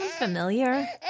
familiar